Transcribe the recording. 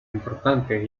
importante